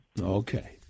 Okay